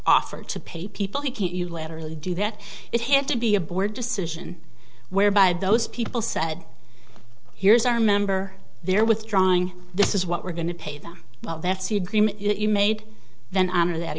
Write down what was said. offer to pay people he can't you literally do that it had to be a board decision whereby those people said here's our member they're withdrawing this is what we're going to pay them well that's the agreement that you made then i honor that